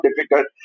difficult